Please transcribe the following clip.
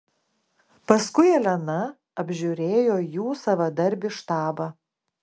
paskui elena apžiūrėjo jų savadarbį štabą